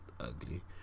ugly